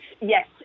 yes